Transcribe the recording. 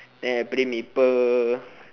then I play maple